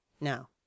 Now